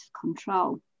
control